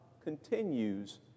continues